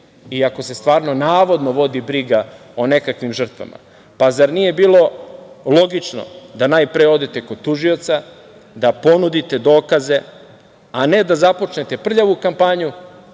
i ako se stvarno navodno vodi briga o nekakvim žrtvama. Pa zar nije bilo logično da najpre odete kod tužioca, da ponudite dokaze, a ne da započnete prljavu kampanju,